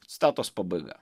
citatos pabaiga